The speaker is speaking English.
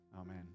Amen